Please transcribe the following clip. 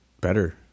better